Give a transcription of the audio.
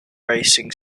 racing